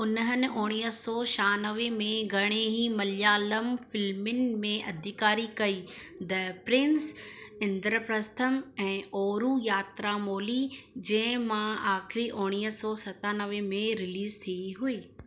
उन्हनि उणिवीह सौ छहानवें में घणी ई मलयालम फ़िल्मुनि में अदाकारी कई द प्रिंस इंद्रप्रस्थम ऐं ओरू यात्रामोली जंहिंमां आख़िरी उणिवीह सौ सतानवें में रिलीज़ थी हुई